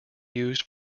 used